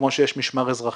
כמו שיש משמר אזרחי,